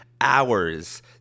hours